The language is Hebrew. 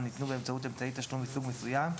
ניתנו באמצעות אמצעי תשלום מסוג מסוים,